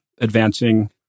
advancing